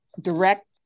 direct